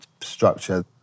structure